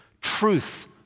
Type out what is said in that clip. truth